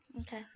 Okay